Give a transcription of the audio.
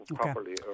properly